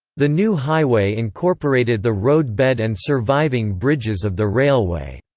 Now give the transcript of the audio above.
the new highway incorporated the roadbed and surviving bridges of the railway.